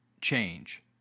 change